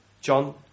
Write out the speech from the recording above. John